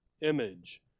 image